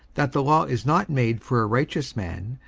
that the law is not made for a righteous man,